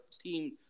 team